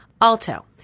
Alto